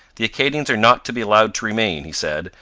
the acadians are not to be allowed to remain, he said,